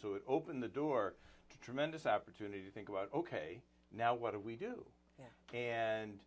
so it opened the door tremendous opportunity to think about ok now what do we do and